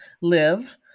live